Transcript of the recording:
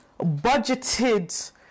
budgeted